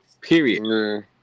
Period